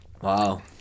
Wow